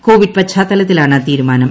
Covid പശ്ചാത്തലത്തിലാണ് തീരുമാനം